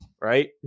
right